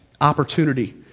opportunity